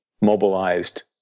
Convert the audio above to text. mobilized